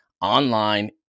online